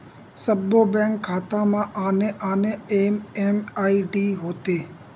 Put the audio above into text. सब्बो बेंक खाता म आने आने एम.एम.आई.डी होथे